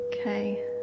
Okay